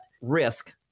risk